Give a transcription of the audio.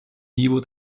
niveau